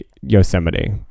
Yosemite